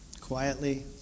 quietly